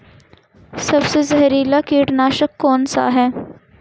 सबसे जहरीला कीटनाशक कौन सा है?